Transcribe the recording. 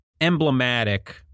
emblematic